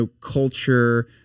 culture